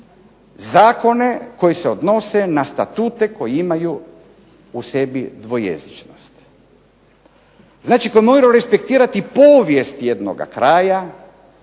zakone koji se odnose na statute koji imaju u sebi dvojezičnost. Znači koji moraju respektirati povijest jednoga kraja,